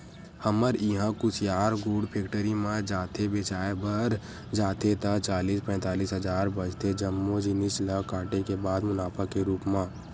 हमर इहां कुसियार गुड़ फेक्टरी म जाथे बेंचाय बर जाथे ता चालीस पैतालिस हजार बचथे जम्मो जिनिस ल काटे के बाद मुनाफा के रुप म